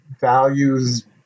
values